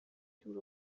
دور